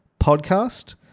podcast